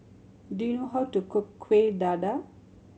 do you know how to cook Kueh Dadar